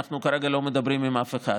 אנחנו כרגע לא מדברים עם אף אחד,